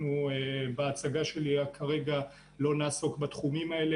בהצגה שלי כרגע לא נעסוק בתחומים האלה,